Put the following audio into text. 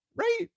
Right